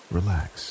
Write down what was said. relax